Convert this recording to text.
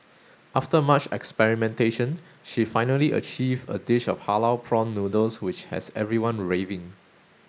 after much experimentation she finally achieved a dish of halal prawn noodles which has everyone raving